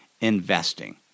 investing